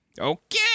Okay